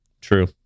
true